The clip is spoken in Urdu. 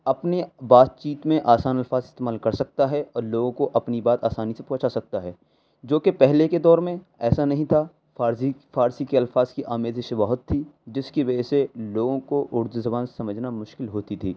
اپنے بات چیت میں آسان الفاظ استعمال کر سکتا ہے اور لوگوں کو اپنی بات آسانی سے پہنچا سکتا ہے جو کہ پہلے کے دور میں ایسا نہیں تھا فارزی فارسی کے الفاظ کی آمیزش بہت تھی جس کی وجہ سے لوگوں کو اردو زبان سمجھنا مشکل ہوتی تھی